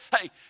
Hey